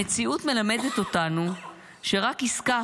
המציאות מלמדת אותנו שרק עסקה